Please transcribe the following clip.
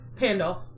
Pandolf